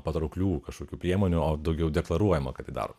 patrauklių kažkokių priemonių o daugiau deklaruojama kad tai daro